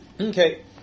Okay